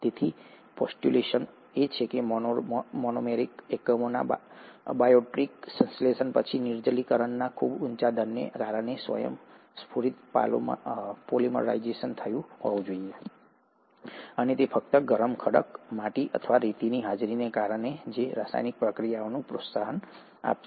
તેથી પોસ્ટ્યુલેશન એ છે કે મોનોમેરિક એકમોના અબાયોટિક સંશ્લેષણ પછી નિર્જલીકરણના ખૂબ ઊંચા દરને કારણે સ્વયંસ્ફુરિત પોલિમરાઇઝેશન થયું હોવું જોઈએ અને તે ફક્ત ગરમ ખડક માટી અથવા રેતીની હાજરીને કારણે છે જે આ રાસાયણિક પ્રતિક્રિયાને પ્રોત્સાહન આપશે